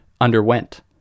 underwent